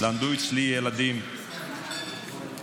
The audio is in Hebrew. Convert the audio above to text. למדו אצלי ילדים אשכנזים,